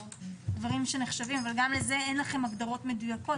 או דברים שנחשבים אבל גם לזה אין לכם הגדרות מדויקות.